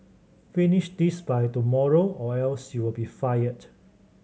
finish this by tomorrow or else you'll be fired